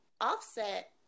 Offset